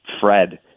Fred